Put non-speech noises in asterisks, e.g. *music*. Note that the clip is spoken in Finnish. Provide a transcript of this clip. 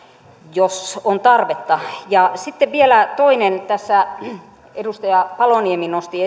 jos on tarvetta ja sitten vielä toinen asia tässä edustaja paloniemi nosti *unintelligible*